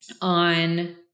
on